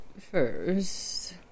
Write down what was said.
first